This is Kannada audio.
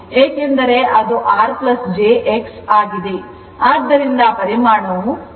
ಏಕೆಂದರೆ ಅದು R jX ಆಗಿದೆ